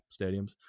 stadiums